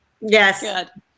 Yes